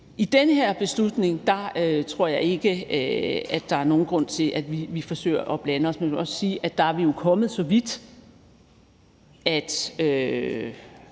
I den her beslutning tror jeg ikke at der er nogen grund til at vi forsøger at blande os. Men jeg vil også sige, at der er vi jo kommet så vidt, at